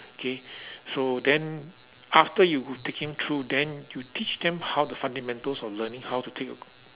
okay so then after you taking through then you teach them how the fundamentals of learning how to take a